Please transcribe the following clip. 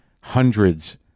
hundreds